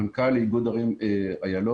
מנכ"ל איגוד ערים אילון.